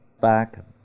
back